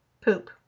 Poop